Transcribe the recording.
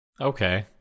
Okay